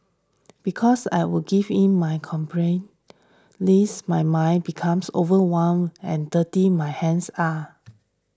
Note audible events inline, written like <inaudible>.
because I would give in my <unintelligible> lest my mind becomes overwhelmed and dirty my hands are